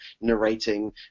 narrating